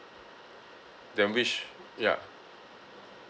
then which ya